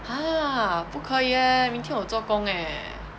!huh! 不可以 eh 明天我有做工 eh